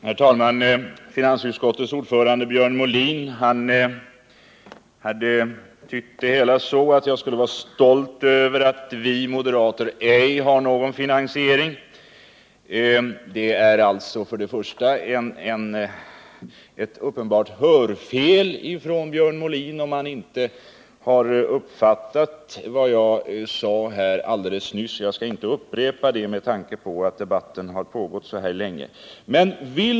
Herr talman! Finansutskottets ordförande Björn Molin har tytt mina uttalanden så, att jag skulle vara stolt över att vi moderater ej har någon finansiering att föreslå. Det är antingen ett hörfel av Björn Molin eller också har han inte uppfattat vad jag alldeles nyss sade. Med tanke på att debatten har pågått så länge skall jag inte upprepa det.